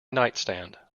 nightstand